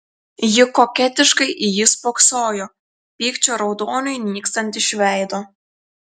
ji koketiškai į jį spoksojo pykčio raudoniui nykstant iš veido